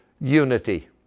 unity